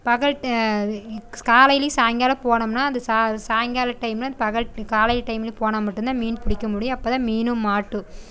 பகல் டை காலையிலேயும் சாய்ங்காலம் போனம்னா அந்த சா சாய்ங்காலம் டைமில்அந்த பகல் காலை டைம்லையும் போனால் மட்டுந்தான் மீன் பிடிக்க முடியும் அப்போ தான் மீனும் மாட்டும்